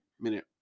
minute